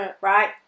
right